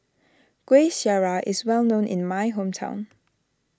Kueh Syara is well known in my hometown